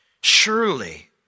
Surely